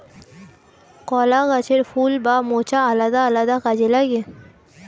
কলা গাছের ফুল বা মোচা আলাদা আলাদা কাজে লাগে